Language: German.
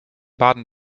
baden